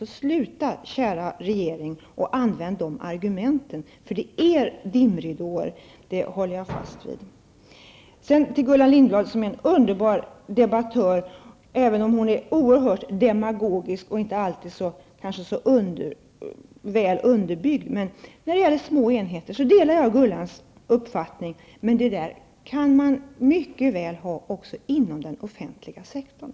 Sluta därför, kära regering, att använda de argumenten, för det är dimridåer! Det håller jag fast vid. Gullan Lindblad är en underbar debattör, även om hon är oerhört demagogisk och hennes uttalanden kanske inte alltid är så väl underbyggda. När det gäller små enheter delar jag hennes uppfattning, men sådana kan man mycket väl ha också inom den offentliga sektorn.